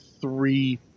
three